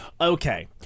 Okay